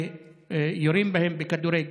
יורים בהם כדורי גומי,